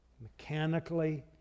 mechanically